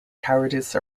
cowardice